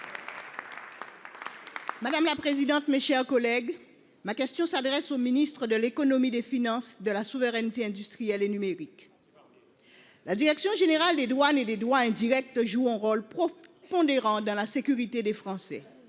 Madame la présidente, mes chers collègues, ma question s'adresse au ministre de l'Économie, des Finances, de la souveraineté industrielle et numérique. La direction générale des douanes et des droits indirects joue un rôle propre pondérant dans la sécurité des Français.